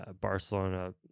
Barcelona